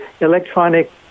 electronic